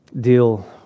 Deal